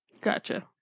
Gotcha